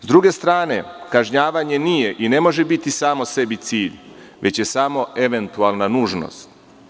S druge strane kažnjavanje nije i ne može biti samo sebi cilj, već je samo eventualna nužnost.